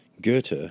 Goethe